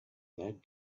that